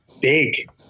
Big